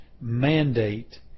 mandate